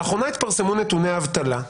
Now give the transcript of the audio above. לאחרונה התפרסמו נתוני האבטלה.